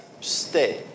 stay